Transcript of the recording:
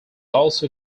also